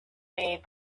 made